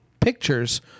pictures